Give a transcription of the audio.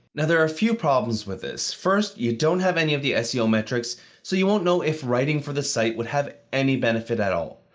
now there are a few problems with this. first, you don't have any of the seo metrics so you won't know if writing for this site would have any benefit at all.